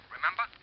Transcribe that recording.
Remember